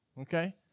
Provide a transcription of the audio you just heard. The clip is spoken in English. Okay